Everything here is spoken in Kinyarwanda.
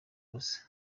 ubusa